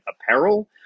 apparel